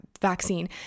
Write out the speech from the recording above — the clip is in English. vaccine